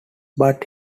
but